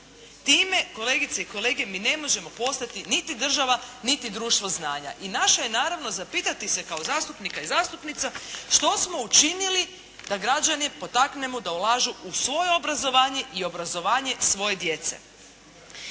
Time kolegice i kolege mi ne možemo postati niti država niti društvo znanja i naše je naravno zapitati se kao zastupnika i zastupnice što smo učinili da građane potaknemo da ulažu u svoje obrazovanje i obrazovanje svoje djece.